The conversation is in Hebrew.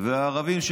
והערבים,